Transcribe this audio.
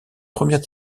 première